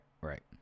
right